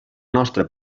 nostra